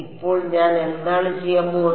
ഇപ്പോൾ ഞാൻ എന്താണ് ചെയ്യാൻ പോകുന്നത്